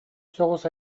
соҕус